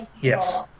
yes